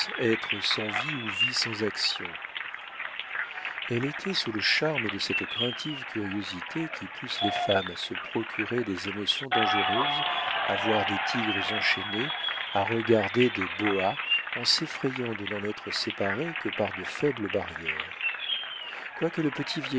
être sans vie ou vie sans action elle était sous le charme de cette craintive curiosité qui pousse les femmes à se procurer des émotions dangereuses à voir des tigres enchaînés à regarder des boas en s'effrayant de n'en être séparées que par de faibles barrières quoique le